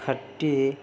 ଖଟି